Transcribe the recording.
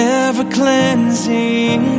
ever-cleansing